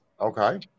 Okay